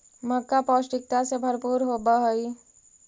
मक्का पौष्टिकता से भरपूर होब हई